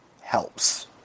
helps